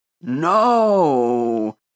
no